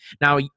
Now